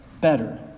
better